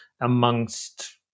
amongst